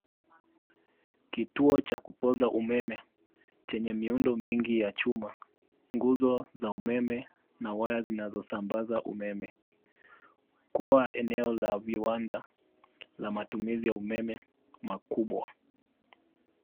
Kituo cha kupoza umeme chenye miundo mingi ya chuma. Nguzo za umeme na waya zinazosambaza umeme kuwa eneo la viwanda la matumizi ya umeme makubwa.